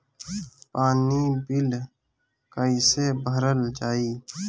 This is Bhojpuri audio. पानी बिल कइसे भरल जाई?